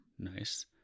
Nice